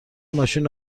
ماشین